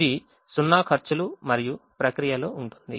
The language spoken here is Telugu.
ఇది 0 ఖర్చులు మరియు ప్రక్రియలో ఉంటుంది